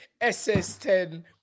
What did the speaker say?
SS10